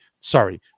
sorry